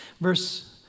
Verse